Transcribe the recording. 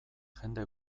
jende